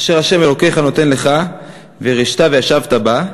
אשר ה' אלוקיך נותן לך וירשתה וישבתה בה,